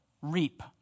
reap